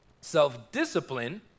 Self-discipline